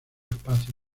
espacio